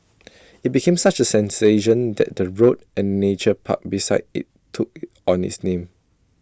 IT became such A sensation that the road and Nature Park beside IT took on its name